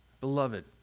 Beloved